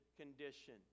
condition